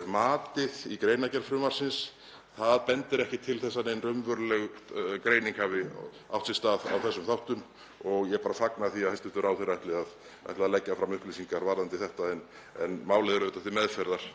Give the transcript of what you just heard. að matið í greinargerð frumvarpsins bendir ekki til þess að nein raunveruleg greining hafi átt sér stað á þessum þáttum. Ég bara fagna því að hæstv. ráðherra ætli að leggja fram upplýsingar varðandi þetta en málið er auðvitað til meðferðar